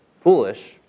foolish